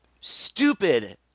stupid